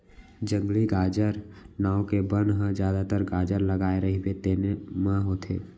जंगली गाजर नांव के बन ह जादातर गाजर लगाए रहिबे तेन म होथे